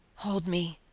hold me,